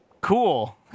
Cool